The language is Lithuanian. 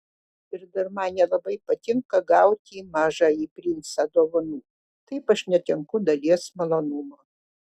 ir dar man nelabai patinka gauti mažąjį princą dovanų taip aš netenku dalies malonumo